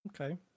Okay